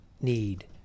need